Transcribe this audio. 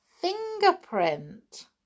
fingerprint